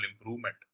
improvement